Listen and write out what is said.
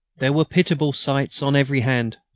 there were pitiable sights on every hand.